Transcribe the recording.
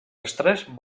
tres